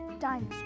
Dinosaur